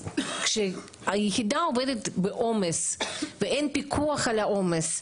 כשהיחידה עובדת בעומס ואין פיקוח על העומס,